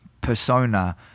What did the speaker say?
persona